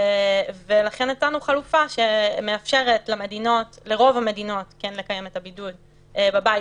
ולכן הצענו חלופה שמאפשרת לרוב המדינות כן לקיים את הבידוד בבית,